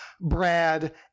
Brad